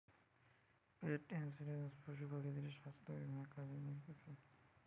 পেট insurance পশু পাখিদের স্বাস্থ্য বীমা কাজে লাগতিছে